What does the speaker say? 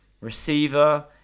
Receiver